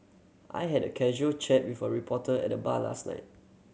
I had a casual chat with a reporter at the bar last night